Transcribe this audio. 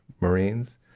Marines